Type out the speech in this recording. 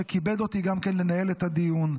שכיבד אותי גם בניהול הדיון,